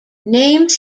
names